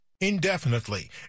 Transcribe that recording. Indefinitely